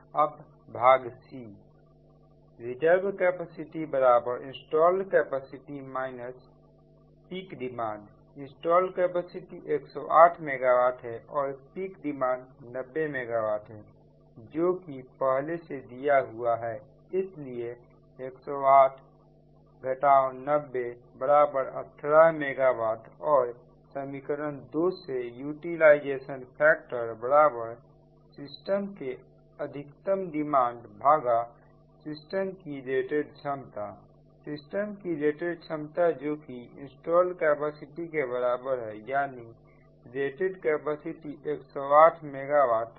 अब भाग c reserve capacity installed capacity peak demand installed capacity 108 mega watt है और पिक डिमांड 90 मेगावाट हैजो कि पहले से दिया हुआ है इसलिए 108 90 18 मेगा वाट और समीकरण 2 से यूटिलाइजेशन फैक्टर UF सिस्टम के अधिकतम डिमांड सिस्टम की रेटेड क्षमता सिस्टम की रेटेड क्षमता जोकि इंस्टॉल्ड कैपेसिटी के बराबर हैयानी रेटेड कैपेसिटी 108 मेगा वाट है